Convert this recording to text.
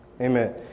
Amen